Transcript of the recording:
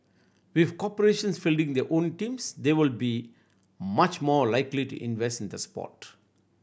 with corporations fielding their own teams they would be much more likely to invest in the sport